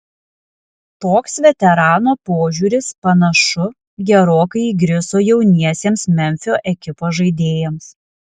toks veterano požiūris panašu gerokai įgriso jauniesiems memfio ekipos žaidėjams